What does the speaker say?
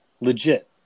legit